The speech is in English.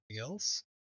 else